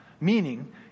Meaning